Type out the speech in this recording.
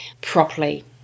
properly